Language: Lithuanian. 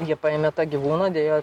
jie paėmė tą gyvūną deja